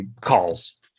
calls